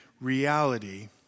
reality